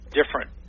different